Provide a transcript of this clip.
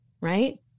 Right